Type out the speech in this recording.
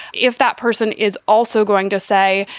if that person is also going to say,